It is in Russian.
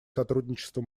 сотрудничество